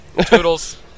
Toodles